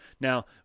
Now